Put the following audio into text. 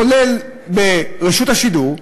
כולל ברשות השידור.